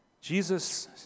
Jesus